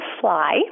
fly